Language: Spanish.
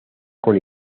con